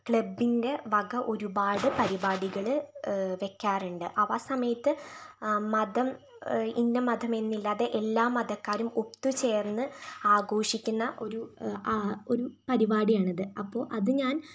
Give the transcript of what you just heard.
ക്ലബ്ബിൻ്റെ വക ഒരുപാട് പരിപാടികൾ വയ്ക്കാറുണ്ട് അവ ആ സമയത്ത് മതം ഇന്ന മതം എന്നില്ലാതെ എല്ലാ മതക്കാരും ഒത്തു ചേർന്ന് ആഘോഷിക്കുന്ന ഒരു ഒരു പരിപാടിയാണിത് അപ്പോൾ അതു ഞാൻ